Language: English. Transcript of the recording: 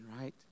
right